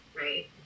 right